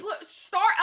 start